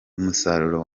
umusaruro